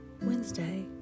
Wednesday